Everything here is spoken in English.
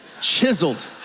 chiseled